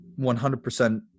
100%